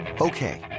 Okay